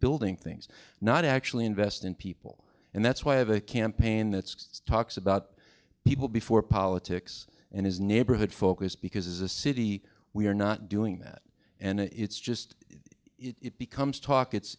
building things not actually invest in people and that's why i have a campaign that talks about people before politics and his neighborhood focus because a city we're not doing that and it's just it becomes talk it's